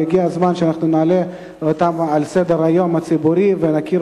והגיע הזמן שאנחנו נעלה אותם על סדר-היום הציבורי ונכיר